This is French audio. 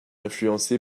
influencé